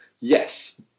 Yes